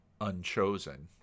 unchosen